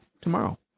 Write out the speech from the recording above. tomorrow